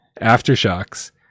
Aftershocks